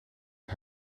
het